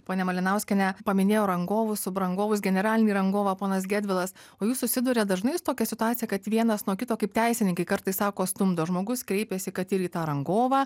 ponia malinauskiene paminėjo rangovus subrangovus generalinį rangovą ponas gedvilas o jūs susiduriat dažnai su tokia situacija kad vienas nuo kito kaip teisininkai kartais sako stumdo žmogus kreipiasi kad ir į tą rangovą